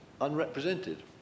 unrepresented